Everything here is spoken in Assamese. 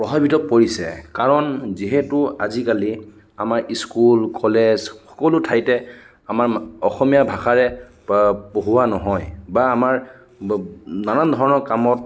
প্ৰভাৱিত কৰিছে কাৰণ যিহেতু আজিকালি আমাৰ ইস্কুল কলেজ সকলো ঠাইতে আমাৰ অসমীয়া ভাষাৰে প পঢ়োৱা নহয় বা আমাৰ নানা ধৰণৰ কামত